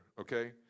okay